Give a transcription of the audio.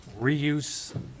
Reuse